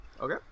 Okay